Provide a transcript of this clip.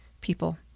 people